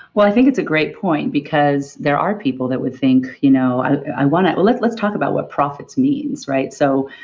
well, i think it's a great point because there are people that would think, you know i i want to. let's let's talk about what profits means, right? so,